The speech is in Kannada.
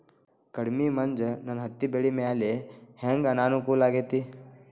ಕಡಮಿ ಮಂಜ್ ನನ್ ಹತ್ತಿಬೆಳಿ ಮ್ಯಾಲೆ ಹೆಂಗ್ ಅನಾನುಕೂಲ ಆಗ್ತೆತಿ?